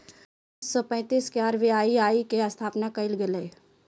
उन्नीस सौ पैंतीस के आर.बी.आई के स्थापना कइल गेलय